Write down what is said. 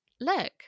look